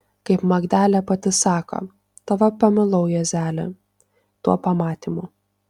kaip magdelė pati sako tave pamilau juozeli tuo pamatymu